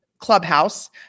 Clubhouse